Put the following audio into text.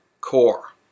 core